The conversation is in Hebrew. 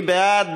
מי בעד?